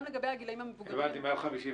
גם לגבי הגילאים המבוגרים, מעל 55